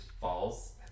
falls